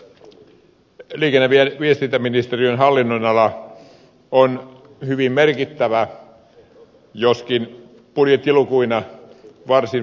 liikenne ja viestintäministeriön hallinnonala on hyvin merkittävä joskin budjettilukuina varsin vaatimaton